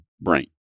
brain